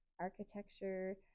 architecture